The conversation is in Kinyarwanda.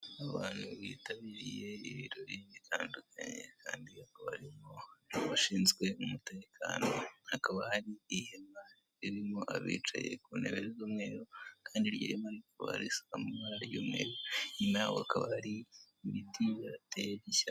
Abantu bitabiriye ibirori bitandukanye kandi hakaba harimo n'abashinzwe umutekano hakaba hari ihema ririmo abicaye ku ntebe z'umweru kandi iryo hema rikaba risa n'ibara ry'umweru, hakaba hari ibiti byateye ishyamba.